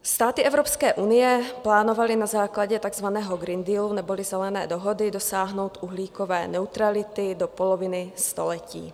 Státy Evropské unie plánovaly na základě takzvaného Green Dealu neboli Zelené dohody dosáhnout uhlíkové neutrality do poloviny století.